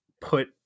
put